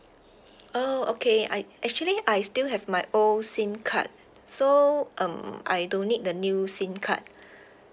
oh okay I actually I still have my old SIM card so um I don't need the new SIM card